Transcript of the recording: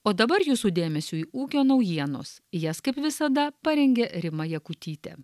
o dabar jūsų dėmesiui ūkio naujienos jas kaip visada parengė rima jakutytė